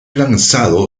lanzado